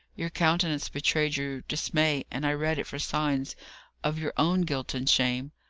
your countenance betrayed your dismay, and i read it for signs of your own guilt and shame.